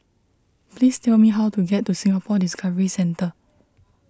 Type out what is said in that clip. please tell me how to get to Singapore Discovery Centre